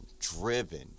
driven